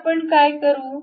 आता आपण काय करू